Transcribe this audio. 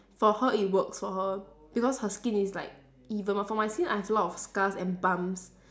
for her it works for her because her skin is like even but for my skin I have a lot of scars and bumps